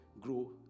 Grow